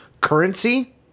currency